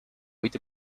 with